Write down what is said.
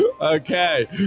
Okay